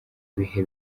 bihe